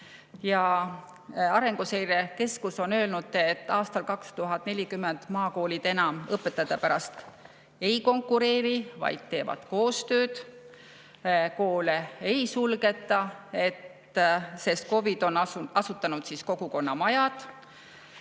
Arenguseire Keskus on öelnud, et aastal 2040 maakoolid enam õpetajate pärast ei konkureeri, vaid teevad koostööd. Koole ei sulgeta, sest KOV-id on asutanud kogukonnamajad.